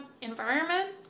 environment